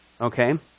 Okay